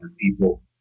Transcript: people